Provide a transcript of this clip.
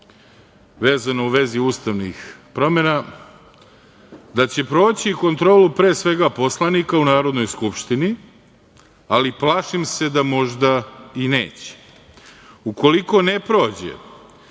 vezano u vezi ustavnih promena, da će proći kontrolu pre svega poslanika u Narodnoj skupštini, ali plašim se da možda i neće. Ukoliko ne prođe,